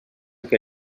que